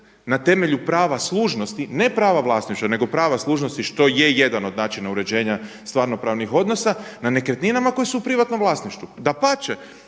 na temelju prava služnosti, ne prava vlasništva nego prava služnosti što je jedan od načina uređenja stvarno pravnih odnosa nad nekretninama koje su u privatnom vlasništvu. Dapače,